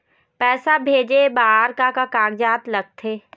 पैसा भेजे बार का का कागजात लगथे?